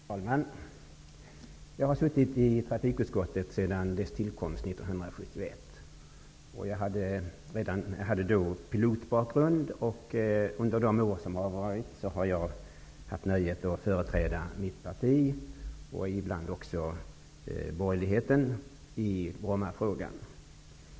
Herr talman! Jag har suttit i trafikutskottet sedan dess tillkomst 1971. Jag har en bakgrund som pilot. Under de år som varit har jag haft nöjet att företräda mitt parti och ibland också borgerligheten i Brommafrågan.